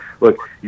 look